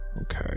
Okay